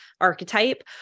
archetype